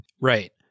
Right